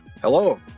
Hello